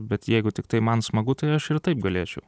bet jeigu tiktai man smagu tai aš ir taip galėčiau